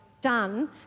done